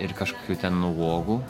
ir kažkokių ten uogų